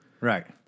Right